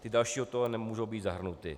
Ty další do toho nemůžou být zahrnuty.